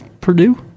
Purdue